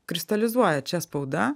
kristalizuoja čia spauda